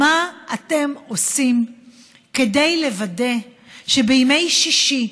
מה אתם עושים כדי לוודא שבימי שישי,